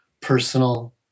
personal